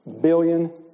billion